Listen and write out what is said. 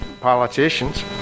politicians